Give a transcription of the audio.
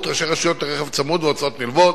ראשי רשויות לרכב צמוד והוצאות נלוות,